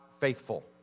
faithful